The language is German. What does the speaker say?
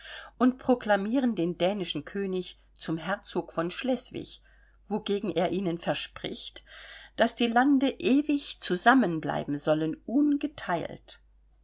und proklamieren den dänischen könig zum herzog von schleswig wogegen er ihnen verspricht daß die lande ewig zusammenbleiben sollen ungeteilt